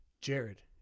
Jared